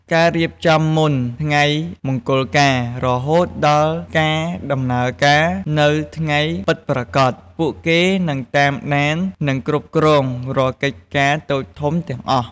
ការរៀបចំមុនថ្ងៃមង្គលការ រហូតដល់ការដំណើរការនៅថ្ងៃពិតប្រាកដ ពួកគេនឹងតាមដាន និងគ្រប់គ្រងរាល់កិច្ចការតូចធំទាំងអស់។